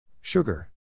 Sugar